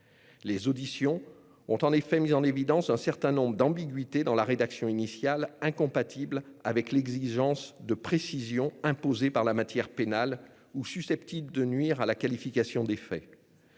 Les auditions ont en effet mis en évidence un certain nombre d'ambiguïtés de la rédaction initiale, incompatibles avec l'exigence de précision imposée par la matière pénale ou susceptibles de nuire à la qualification des faits.